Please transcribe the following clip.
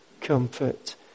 comfort